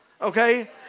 Okay